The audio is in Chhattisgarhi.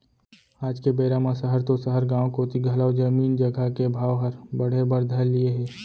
आज के बेरा म सहर तो सहर गॉंव कोती घलौ जमीन जघा के भाव हर बढ़े बर धर लिये हे